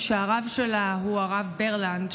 שהרב שלה הוא הרב ברלנד,